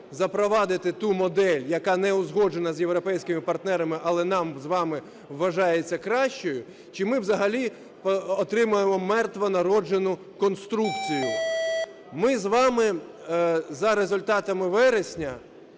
запровадити ту модель, яка не узгоджена з європейськими партнерами, але нам з вами вважається кращою? Чи ми взагалі отримаємо "мертвонароджену" конструкцію? Ми з вами за результатами вересня